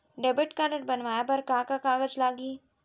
Debit card बनवाये बर का का कागज लागही?